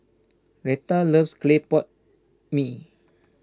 Retha loves Clay Pot Mee